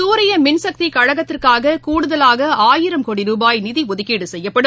சூரிய மின்சக்தி கழகத்திற்காக கூடுதலாக ஆயிரம் கோடி ரூபாய் நிதி ஒதுக்கீடு செய்யப்படும்